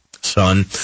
son